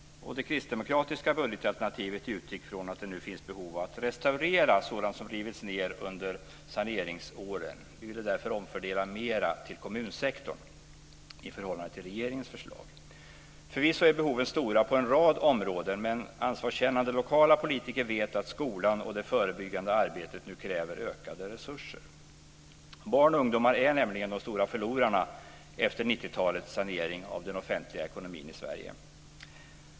Det kristdemokratiska budgetalternativet utgick från att det nu finns behov av att restaurera sådant som rivits ned under saneringsåren. Vi ville därför omfördela mer till kommunsektorn i förhållande till regeringens förslag. Förvisso är behoven stora på en rad områden, men ansvarskännande lokala politiker vet att skolan och det förebyggande arbetet nu kräver ökade resurser. Barn och ungdomar är nämligen de stora förlorarna efter 90-talets sanering av den offentliga ekonomin i Sverige.